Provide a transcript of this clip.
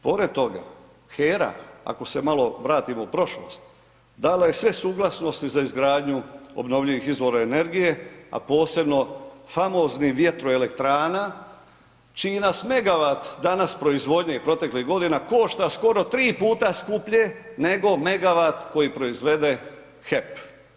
Pored toga, HERA, ako se malo vratimo u prošlost, dala je sve suglasnosti, za izgradnju obnovljivih izvora energije, a posebno famoznih vjetru elektrana, čiji nas megawat danas proizvodnje i proteklih godina, košta skoro 3 puta skuplje, nego megawat koji proizvede HEP.